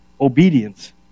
obedience